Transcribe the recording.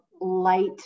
light